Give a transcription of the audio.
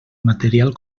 material